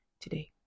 today